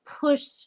push